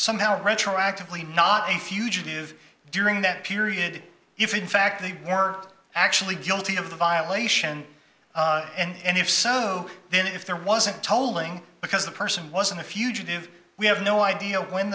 somehow retroactively not a fugitive during that period if in fact they were actually guilty of the violation and if so then if there wasn't tolling because the person wasn't a fugitive we have no idea when